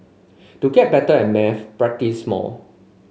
to get better at maths practise more